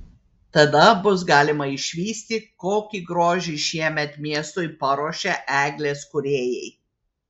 tada bus galima išvysti kokį grožį šiemet miestui paruošė eglės kūrėjai